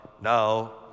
now